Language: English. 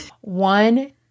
One